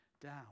down